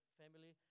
family